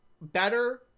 Better